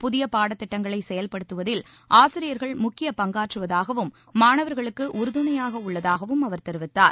புதிய பாடத்திட்டங்களை செயல்படுத்துவதில் ஆசிரியர்கள் முக்கிய பங்காற்றுவதாகவும் மாணவர்களுக்கு உறுதுணையாக உள்ளதாகவும் அவர் தெரிவித்தார்